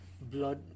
blood